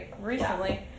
recently